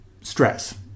stress